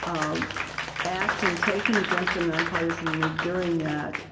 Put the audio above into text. um action taken against the nonpartisan league during that